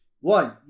One